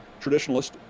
traditionalist